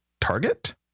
target